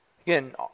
Again